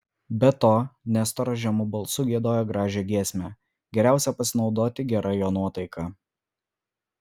be to nestoras žemu balsu giedojo gražią giesmę geriausia pasinaudoti gera jo nuotaika